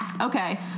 Okay